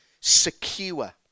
secure